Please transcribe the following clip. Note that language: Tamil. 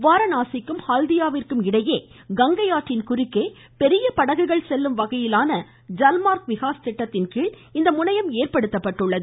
வாரனாசிக்கும் ஹல்தியாவிற்கும் இடையே கங்கையாற்றின் குறுக்கே பெரிய படகுகள் செல்லும் வகையிலான ஜல்மா்க் விகாஸ் திட்டத்தின்கீழ் இந்த முனையம் ஏற்படுத்தப்பட்டுள்ளது